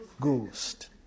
Ghost